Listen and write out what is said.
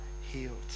healed